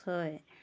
ছয়